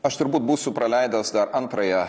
aš turbūt būsiu praleidęs dar antrąją